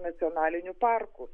nacionaliniu parku